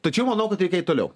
tačiau manau kad reikia eit toliau